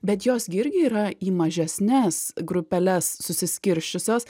bet jos gi irgi yra į mažesnes grupeles susiskirsčiusios